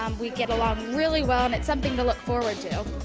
um we get along really well and it's something to look forward to.